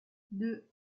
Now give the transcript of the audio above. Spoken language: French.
deux